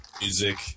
music